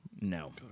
No